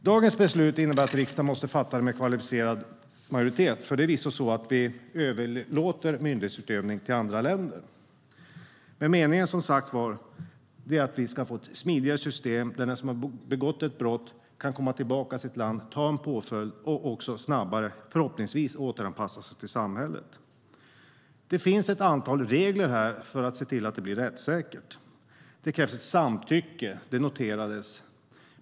Dagens beslut måste riksdagen fatta med kvalificerad majoritet, för det är förvisso så att vi överlåter myndighetsutövning till andra länder. Men meningen är att vi ska få ett smidigare system så att den som har begått ett brott kan komma tillbaka till sitt land, ta en påföljd och förhoppningsvis snabbare återanpassas till samhället. Det finns ett antal regler för att se till att det blir rättssäkert. Det krävs ett samtycke, vilket noterades.